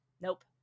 nope